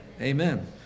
Amen